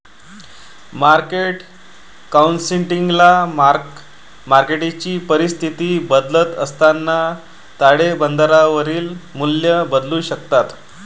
market अकाउंटिंगला mark मार्केटची परिस्थिती बदलत असताना ताळेबंदावरील मूल्ये बदलू शकतात